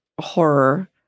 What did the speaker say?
horror